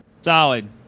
Solid